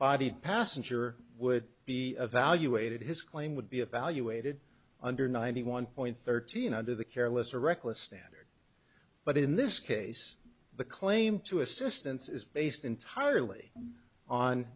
bodied passenger would be evaluated his claim would be evaluated under ninety one point thirteen under the careless or reckless standard but in this case the claim to assistance is based entirely on